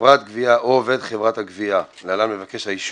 חברת גבייה או עובד חברת הגבייה (להלן מבקש האישור)